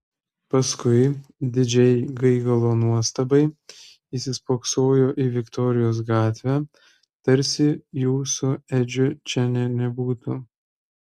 paskui didžiai gaigalo nuostabai įsispoksojo į viktorijos gatvę tarsi jų su edžiu čia nė nebūtų